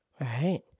Right